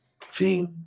Feel